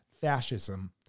fascism